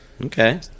Okay